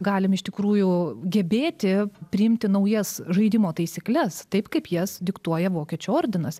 galim iš tikrųjų gebėti priimti naujas žaidimo taisykles taip kaip jas diktuoja vokiečių ordinas